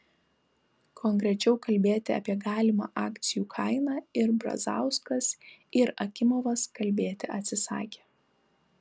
konkrečiau kalbėti apie galimą akcijų kainą ir brazauskas ir akimovas kalbėti atsisakė